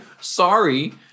sorry